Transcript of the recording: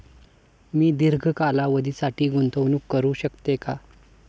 मी दीर्घ कालावधीसाठी गुंतवणूक करू शकते का?